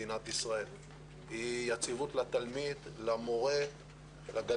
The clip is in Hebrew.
למבוגרים ככל הניתן על מנת לאפשר לתלמידים כניסה